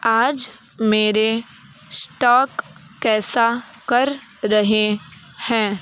आज मेरे स्टॉक कैसा कर रहे हैं